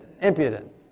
Impudent